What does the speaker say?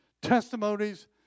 Testimonies